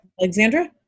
Alexandra